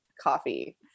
coffee